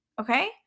Okay